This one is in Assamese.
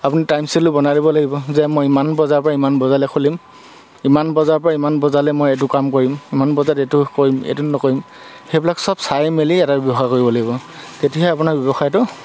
আপুনি টাইম চিডিউল বনাই দিব লাগিব যে মই ইমান বজাৰ পৰা ইমান বজালৈ খুলিম ইমান বজাৰ পৰা ইমান বজালৈ মই এইটো কাম কৰিম ইমান বজাত এইটো কৰিম এইটো নকৰিম সেইবিলাক সব চাই মেলি এটা ব্যৱসায় কৰিব লাগিব তেতিয়াহে আপোনাৰ ব্যৱসায়টো